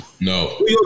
No